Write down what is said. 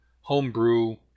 homebrew